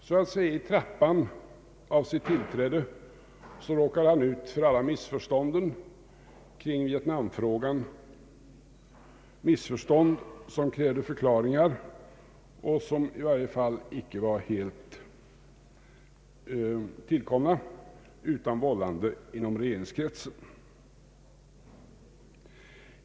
Så att säga i trappan av sitt tillträde råkade han ut för alla missförstånden kring Vietnamfrågan, missförstånd som krävde förklaringar och som i varje fall icke var helt tillkomna utan vållande inom regeringskretsen.